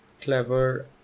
clever